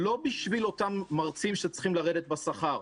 לא בשביל אותם מרצים שצריכים לרדת בשכר,